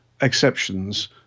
exceptions